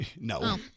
No